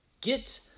Get